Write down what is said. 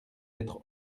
être